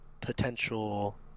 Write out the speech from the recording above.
potential